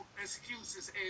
excuses